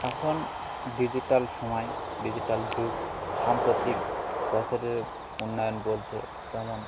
এখন ডিজিটাল সময় ডিজিটাল যুগ সাম্প্রতিক বছরের উন্নয়ন বলতে যেমন